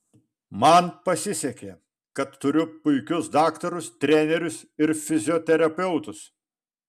man pasisekė kad turiu puikius daktarus trenerius ir fizioterapeutus